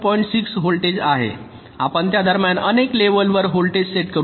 6 volt आहे आपण त्या दरम्यान अनेक लेवलंवर व्होल्टेज सेट करू शकता